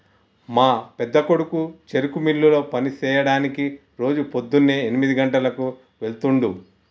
మా పెద్దకొడుకు చెరుకు మిల్లులో పని సెయ్యడానికి రోజు పోద్దున్నే ఎనిమిది గంటలకు వెళ్తుండు